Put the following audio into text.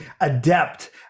adept